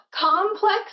complex